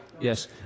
yes